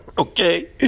Okay